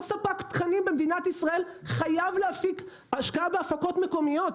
וכל ספק תכנים במדינת ישראל חייב להפיק השקעה בהפקות מקומיות.